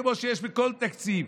כמו שיש בכל תקציב.